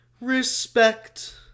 Respect